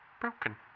broken